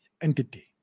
entity